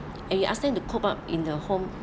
and you ask them to coop up in the home